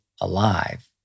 alive